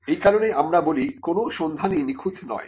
এই কারণে আমরা বলি কোন সন্ধানই নিখুঁত নয়